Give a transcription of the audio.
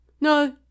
no